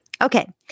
Okay